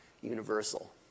universal